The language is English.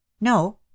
No